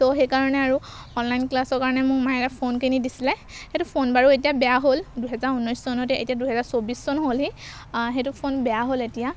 ত' সেইকাৰণে আৰু অনলাইন ক্লাছৰ কাৰণে মোৰ মায়ে এটা ফোন কিনি দিছিলে সেইটো ফোন বাৰু এতিয়া বেয়া হ'ল দুহেজাৰ ঊনৈছ চনতে এতিয়া দুহেজাৰ চৌবিছ চন হ'লহি সেইটো ফোন বেয়া হ'ল এতিয়া